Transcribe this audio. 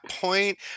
point